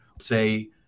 say